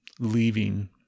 leaving